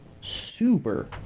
super